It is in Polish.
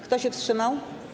Kto się wstrzymał?